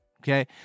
okay